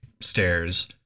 stairs